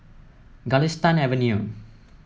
Galistan Avenue